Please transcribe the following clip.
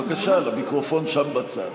בבקשה, למיקרופון שם בצד.